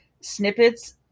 snippets